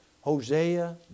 Hosea